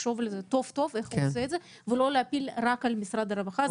לחשוב טוב איך הוא עושה את זה ולא להפיל רק על משרד הרווחה.